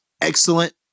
excellent